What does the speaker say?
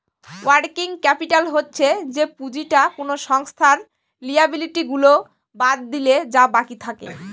working capital হচ্ছে যে পুঁজিটা কোনো সংস্থার লিয়াবিলিটি গুলা বাদ দিলে যা বাকি থাকে